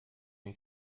den